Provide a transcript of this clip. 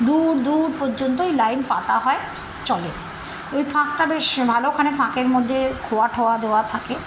দূর দূর পর্যন্ত ওই লাইন পাতা হয় চলে ওই ফাঁকটা বেশ ভালোখানে ফাঁকের মধ্যে খোয়া ঠোয়া দেওয়া থাকে